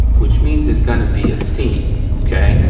which means there's gonna be a seam, okay.